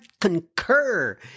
concur